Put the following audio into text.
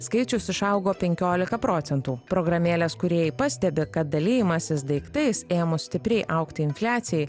skaičius išaugo penkiolika procentų programėlės kūrėjai pastebi kad dalijimasis daiktais ėmus stipriai augti infliacijai